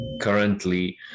currently